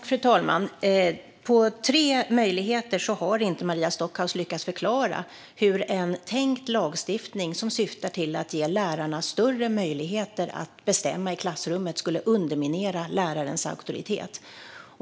Fru talman! På tre möjligheter har Maria Stockhaus inte lyckats förklara hur en tänkt lagstiftning som syftar till att ge lärarna större möjligheter att bestämma i klassrummet skulle underminera lärarens auktoritet.